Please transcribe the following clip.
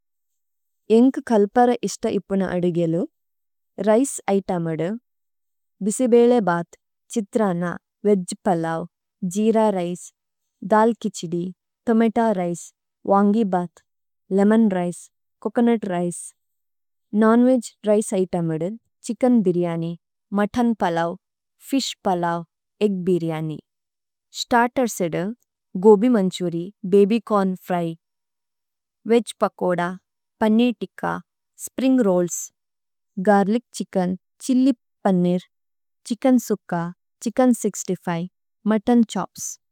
ഏന്ക് കല്പര ഇശ്ത ഇപുന അദുഗേലു രിചേ ഇതേമദു bisibele bath chitranna veg pulao jeera rice dal khichdi tomato rice vangi bath lemon rice coconut rice. Non veg rice ഇതേമദു chicken biryani mutton pulao fish pulao egg biryani starter സേദു gobi manchurian baby corn fry veg pakoda paneer tikka spring rolls garlic chicken chilli paneer chicken sukka chicken mutton chops.